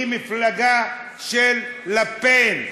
הוא מפלגה של לה פן,